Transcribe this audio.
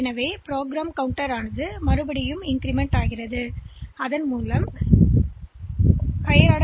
எனவே ஒவ்வொரு முறையும் செயலி ஒரு இன்ஸ்டிரக்ஷன்ப் பெறும்போது பிசி மதிப்பு புதுப்பிக்கப்படுகிறது